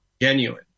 genuine